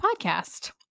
podcast